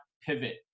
pivot